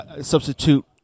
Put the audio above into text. substitute